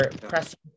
pressing